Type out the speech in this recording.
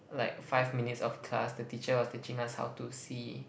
like five minutes of class the teacher was teaching us how to see